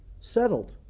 settled